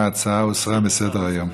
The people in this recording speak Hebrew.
ההצעה הוסרה מסדר-היום.